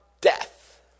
death